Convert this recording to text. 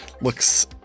looks